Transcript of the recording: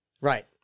Right